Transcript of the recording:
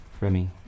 Remy